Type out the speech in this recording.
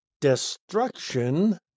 destruction